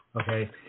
Okay